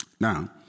Now